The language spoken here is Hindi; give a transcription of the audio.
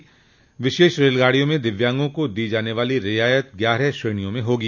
इन विशेष रेलगाडियों में दिव्यांगों को दी जाने वाली रियायत ग्यारह श्रेणियों में होंगी